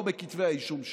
לא בכתבי האישום שלו.